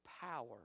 power